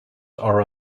are